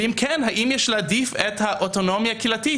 ואם כן, האם יש להעדיף את האוטונומיה הקהילתית?